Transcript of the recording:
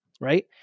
right